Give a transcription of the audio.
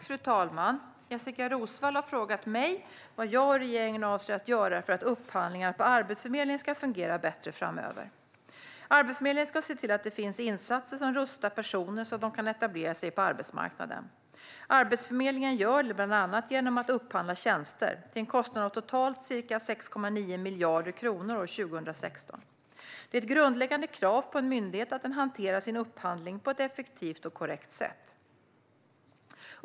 Fru talman! Jessika Roswall har frågat mig vad jag och regeringen avser att göra för att upphandlingarna på Arbetsförmedlingen ska fungera bättre framöver. Arbetsförmedlingen ska se till att det finns insatser som rustar personer så att de kan etablera sig på arbetsmarknaden. Arbetsförmedlingen gör det bland annat genom att upphandla tjänster, till en kostnad av totalt ca 6,9 miljarder kronor år 2016. Det är ett grundläggande krav på en myndighet att den hanterar sin upphandling på ett effektivt och korrekt sätt.